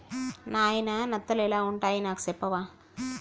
నాయిన నత్తలు ఎలా వుంటాయి నాకు సెప్పవా